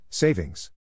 Savings